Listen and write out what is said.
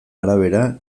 arabera